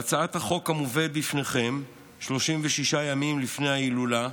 בהצעת החוק המובאת בפניכם 36 ימים לפני ההילולה,